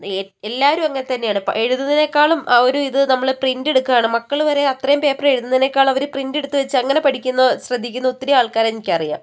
എല്ലാവരും അങ്ങനെ തന്നെയാണ് ഇപ്പം എഴുതുന്നതിനേക്കാളും ഒരു ഇത് നമ്മൾ പ്രിൻറ് എടുക്കുകയാണ് മക്കൾ വരെ അത്രയും പേപ്പർ എഴുതുന്നതിനേക്കാളും അവർ പ്രിൻറ് എടുത്തുവെച്ച് അങ്ങനെ പഠിക്കുന്ന ശ്രദ്ധിക്കുന്ന ഒത്തിരി ആൾക്കാരെ എനിക്ക് അറിയാം